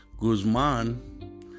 Guzman